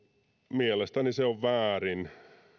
mielestäni se on väärin